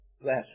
Bless